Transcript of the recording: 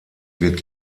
wird